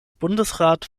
bundesrat